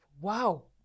wow